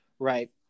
Right